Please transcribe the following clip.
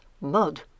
mud